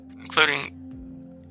including